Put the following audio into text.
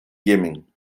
jemen